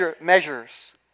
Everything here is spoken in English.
measures